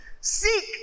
Seek